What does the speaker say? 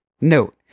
Note